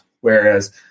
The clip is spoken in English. whereas